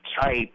type